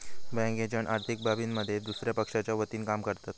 bank agent आर्थिक बाबींमध्ये दुसया पक्षाच्या वतीनं काम करतत